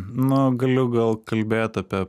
nu galiu gal kalbėt apie